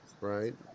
right